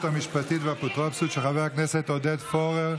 המשפטית והאפוטרופסות של חבר הכנסת עודד פורר.